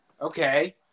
Okay